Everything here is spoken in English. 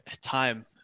time